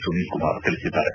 ಸುನೀಲ್ ಕುಮಾರ್ ತಿಳಿಸಿದ್ದಾರೆ